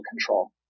control